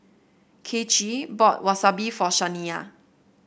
Kaycee bought Wasabi for Shaniya